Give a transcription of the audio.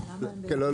בחו"ל?